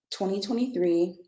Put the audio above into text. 2023